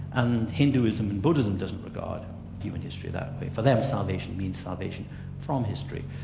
and hinduism and buddhism doesn't regard human history that way. for them, salvation means salvation from history.